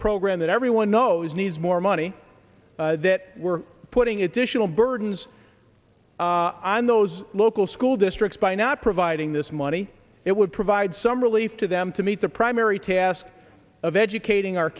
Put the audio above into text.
program that everyone knows needs more money that we're putting additional burdens i'm those local school districts by not providing this money it would provide some relief to them to meet the primary task of educating our